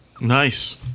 Nice